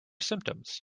symptoms